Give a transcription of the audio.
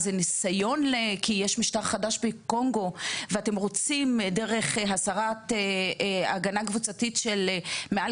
זה בגלל שיש משטר חדש בקונגו ואתם רוצים דרך הסרת ההגנה הקבוצתית מעל